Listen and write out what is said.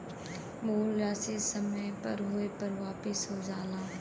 मूल राशी समय पूरा होये पर वापिस हो जाला